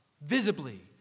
visibly